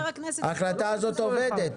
ההחלטה הזאת עובדת.